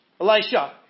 Elisha